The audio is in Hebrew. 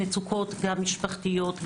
גם משפחתיות,